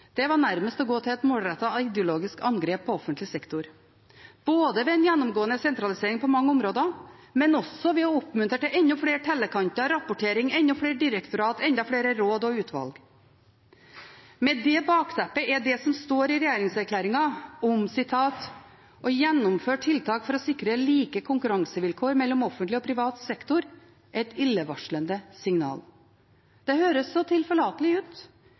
perioden, var nærmest å gå til et målrettet ideologisk angrep på offentlig sektor, både ved en gjennomgående sentralisering på mange områder og ved å oppmuntre til enda flere tellekanter, rapportering, enda flere direktorater, enda flere råd og utvalg. Med det bakteppet er det som står i regjeringserklæringen om å «gjennomføre tiltak for å sikre like konkurransevilkår mellom offentlig og privat sektor», et illevarslende signal. Det høres så tilforlatelig ut,